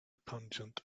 pungent